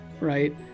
right